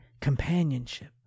companionship